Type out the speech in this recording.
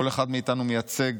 כל אחד מאיתנו מייצג,